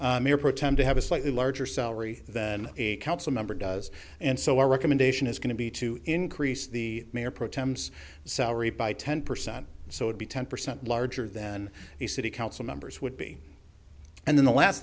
pro tem to have a slightly larger salary than a council member does and so our recommendation is going to be to increase the mayor pro tem salary by ten percent so would be ten percent larger than the city council members would be and then the last